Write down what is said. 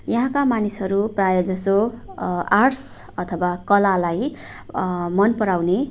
यहाँका मानिसहरू प्रायः जसो आर्ट्स अथवा कलालाई मन पराउने